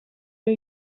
are